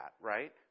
right